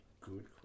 Good